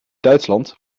duitsland